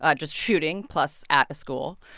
ah just shooting plus at a school.